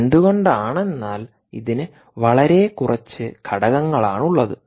എന്തുകൊണ്ടാണെന്നാൽ ഇതിന് വളരെ കുറച്ച് ഘടകങ്ങളാണുള്ളത്